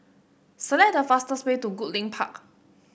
select the fastest way to Goodlink Park